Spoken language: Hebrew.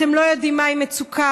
אתם לא יודעים מהי מצוקה.